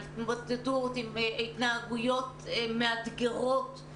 התמודדות עם התנהגויות מאתגרות,